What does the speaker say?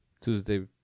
Tuesday